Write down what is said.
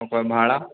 ओकर भाड़ा